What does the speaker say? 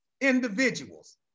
individuals